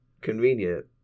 convenient